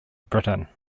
britain